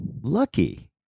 Lucky